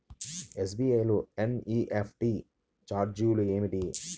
SBI లో NEFT ఛార్జీలు ఏమిటి?